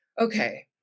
okay